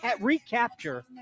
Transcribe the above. recapture